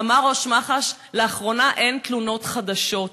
אמר ראש מח"ש: לאחרונה אין תלונות חדשות.